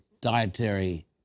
dietary